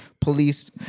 police